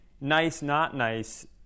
nice-not-nice